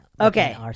Okay